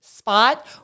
spot